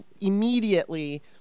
immediately